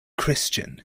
christian